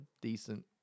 decent